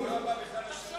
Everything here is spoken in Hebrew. הכנסת אקוניס.